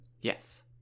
Yes